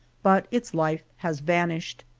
but its life has vanished,